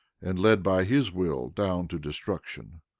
and led by his will down to destruction.